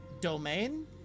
domain